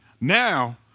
now